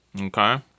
Okay